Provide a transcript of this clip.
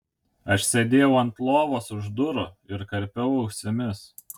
aš sėdėjau ant lovos už durų ir karpiau ausimis